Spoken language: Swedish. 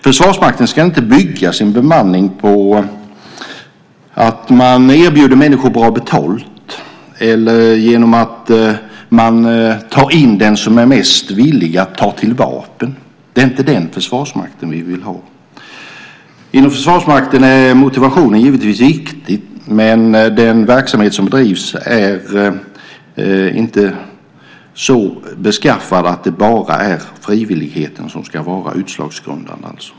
Försvarsmakten ska inte bygga sin bemanning på att man erbjuder människor bra betalt eller tar in den som är mest villig att ta till vapen. Det är inte den Försvarsmakten vi vill ha. Inom Försvarsmakten är motivationen givetvis viktig, men den verksamhet som bedrivs är inte så beskaffad att det bara är frivilligheten som ska vara utslagsgivande.